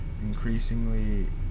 increasingly